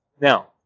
Now